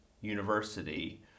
university